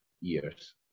years